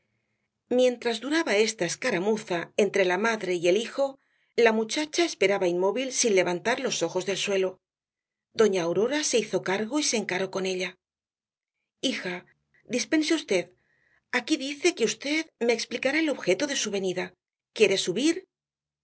mientras duraba esta escaramuza entre la madre y el hijo la muchacha esperaba inmóvil sin levantar los ojos del suelo doña aurora se hizo cargo y se encaró con ella hija dispense v aquí dice que v me explicará el objeto de su venida quiere subir